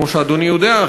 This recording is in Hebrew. כמו שאדוני יודע,